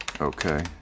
Okay